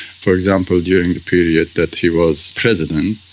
for example, during the period that he was president,